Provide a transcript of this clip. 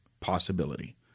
possibility